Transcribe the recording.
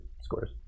scores